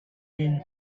din